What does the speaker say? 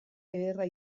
ederra